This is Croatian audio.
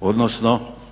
odnosno